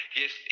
yes